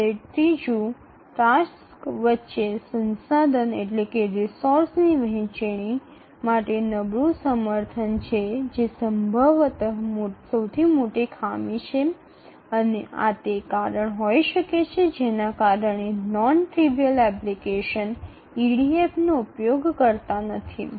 જ્યારે ત્રીજું ટાસક્સ વચ્ચે સંસાધન ની વહેંચણી માટે નબળુ સમર્થન છે જે સંભવત સૌથી મોટી ખામી છે અને આ તે કારણ હોઈ શકે છે જેના કારણે નોન ટ્રીવીઅલ એપ્લિકેશન ઇડીએફનો ઉપયોગ કરતા નથી